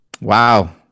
Wow